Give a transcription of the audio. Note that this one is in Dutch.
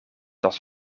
was